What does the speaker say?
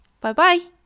Bye-bye